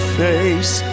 face